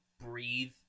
breathe